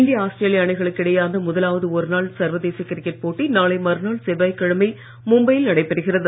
இந்திய ஆஸ்திரேலிய அணிகளுக்கு இடையேயான முதலாவது ஒருநாள் சர்வதேச கிரிக்கெட் போட்டி நாளைய மறுநாள் செவ்வாய் கிழமை மும்பையில் நடைபெறுகிறது